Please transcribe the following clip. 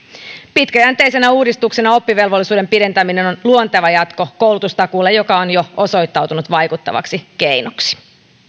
pitkäjänteisenä uudistuksena oppivelvollisuuden pidentäminen on luonteva jatko koulutustakuulle joka on jo osoittautunut vaikuttavaksi keinoksi